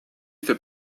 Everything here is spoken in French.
fait